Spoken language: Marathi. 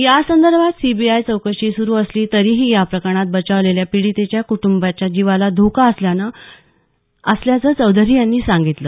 यासंदर्भात सीबीआय चौकशी सुरू असली तरीही या प्रकरणात बचावलेल्या पीडितेच्या कुटंबाच्या जीवाला धोका असल्याचं चौधरी यांनी सांगितलं